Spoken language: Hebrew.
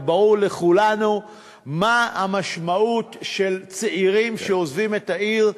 וברור לכולנו מה המשמעות של צעירים שעוזבים את העיר,